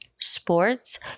Sports